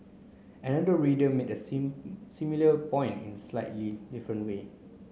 another reader made a same similar point in a slightly different way